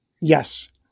Yes